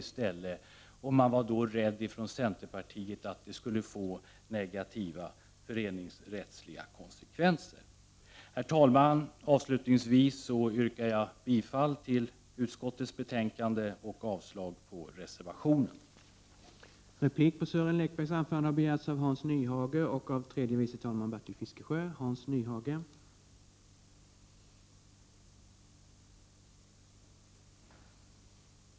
Inom centerpartiet var man då rädd för att en lag skulle få negativa föreningsrättsliga konsekvenser. Herr talman! Avslutningsvis yrkar jag bifall till utskottets hemställan och avslag på reservationen på denna punkt.